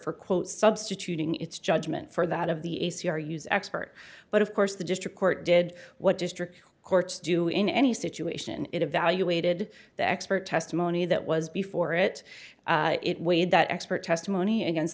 for quote substituting its judgment for that of the a c r use expert but of course the district court did what district courts do in any situation it evaluated the expert testimony that was before it it weighed that expert testimony against